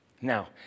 Now